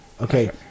Okay